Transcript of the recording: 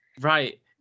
Right